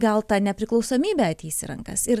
gal ta nepriklausomybė ateis į rankas ir